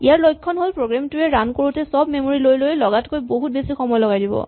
ইয়াৰ লক্ষণ হ'ল প্ৰগ্ৰেম টোৱে ৰান কৰোতে চব মেমৰী লৈ লৈ লগাতকৈ বহুত বেছি সময় লগাই দিব